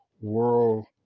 world